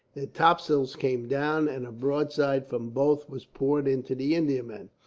topsails came down, and a broadside from both was poured into the indiaman.